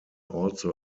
also